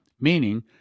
Meaning